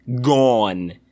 gone